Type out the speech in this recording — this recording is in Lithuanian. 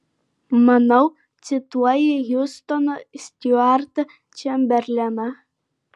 manau cituoji hiustoną stiuartą čemberleną